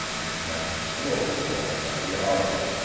and passed slowly along by the arbor.